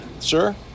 Sure